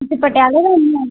ਤੁਸੀਂ ਪਟਿਆਲੇ ਰਹਿੰਦੇ ਹੋ